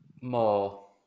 More